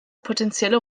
potenzielle